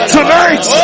Tonight